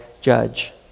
judge